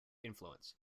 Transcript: influence